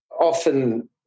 Often